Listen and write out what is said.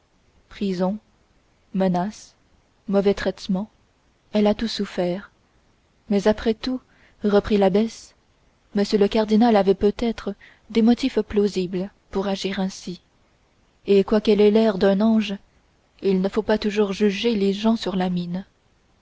prison menaces mauvais traitements elle a tout souffert mais après tout reprit l'abbesse m le cardinal avait peut-être des motifs plausibles pour agir ainsi et quoiqu'elle ait l'air d'un ange il ne faut pas toujours juger les gens sur la mine